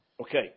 Okay